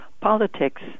Politics